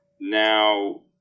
Now